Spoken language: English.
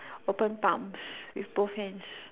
open palms with both hands